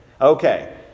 Okay